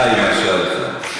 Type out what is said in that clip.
אה, היא מרשה לך.